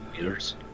years